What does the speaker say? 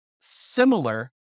similar